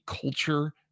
culture